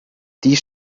dies